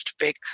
pick